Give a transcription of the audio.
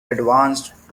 advanced